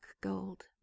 gold